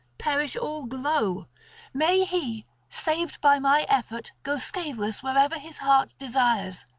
perish all glow may he, saved by my effort, go scatheless wherever his heart desires.